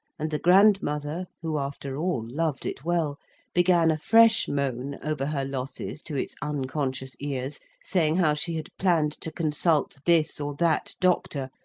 and the grandmother who after all loved it well began a fresh moan over her losses to its unconscious ears saying how she had planned to consult this or that doctor,